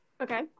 Okay